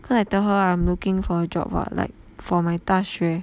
because I tell her I'm looking for a job [what] like for my 大学